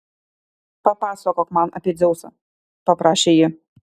papasakok man apie dzeusą paprašė ji